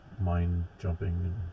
mind-jumping